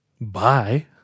bye